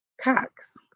Cox